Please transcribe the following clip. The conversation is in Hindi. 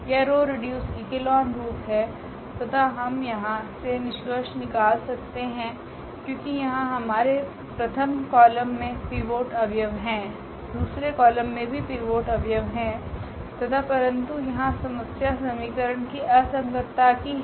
यह रो रिड्यूस एक्लोन रूप है तथा हम यहाँ से निष्कर्ष निकाल सकते है क्योकि यहाँ हमारे प्रथम कॉलम में पीवोट अव्यव है दूसरे कॉलम मे भी पीवोट अव्यव है तथा परंतु यहाँ समस्या समीकरण की असंगतता की हैं